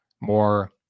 more